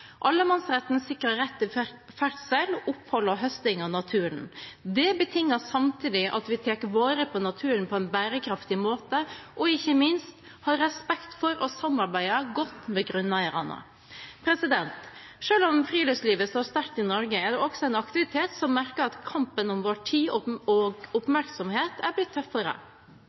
Allemannsretten sikrer rett til ferdsel, opphold og høsting av naturen. Det betinger samtidig at vi tar vare på naturen på en bærekraftig måte, og ikke minst har respekt for og samarbeider godt med grunneierne. Selv om friluftslivet står sterkt i Norge, er det også en aktivitet som merker at kampen om vår tid og oppmerksomhet er blitt tøffere.